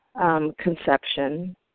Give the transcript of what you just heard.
conception